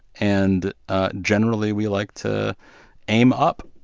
and generally, we like to aim up,